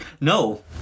No